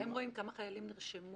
הם רואים כמה חיילים נרשמו